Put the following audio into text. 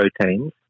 proteins